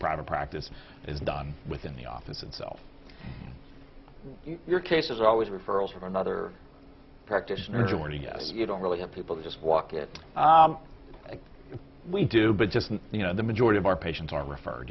private practice is done within the office itself your cases are always referrals from another practitioner joining us you don't really have people who just walk it we do but just you know the majority of our patients are referred